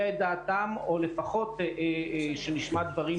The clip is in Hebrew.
את דעתם או לפחות שנשמע דברים ברורים מהם.